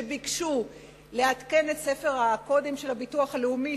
כשביקשו לעדכן את ספר הקודים של הביטוח הלאומי,